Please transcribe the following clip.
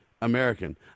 American